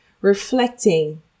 reflecting